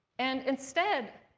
and instead,